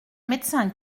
médecin